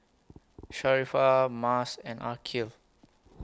Sharifah Mas and Aqil